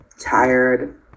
tired